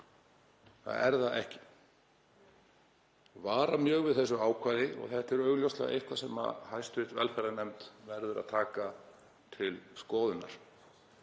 það er það ekki. Ég vara mjög við þessu ákvæði og þetta er augljóslega eitthvað sem hv. velferðarnefnd verður að taka til skoðunar.